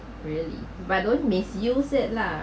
really but don't misused it lah